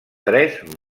tres